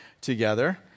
together